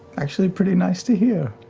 actually pretty nice to hear.